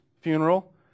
funeral